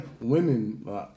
women